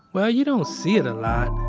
well, you don't see it a lot,